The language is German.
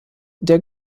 der